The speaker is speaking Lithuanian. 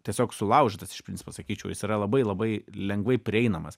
tiesiog sulaužytas iš principo sakyčiau jis yra labai labai lengvai prieinamas